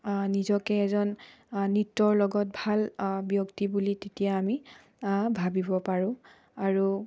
নিজকে এজন নৃত্যৰ লগত ভাল ব্যক্তি বুলি তেতিয়া আমি ভাবিব পাৰোঁ আৰু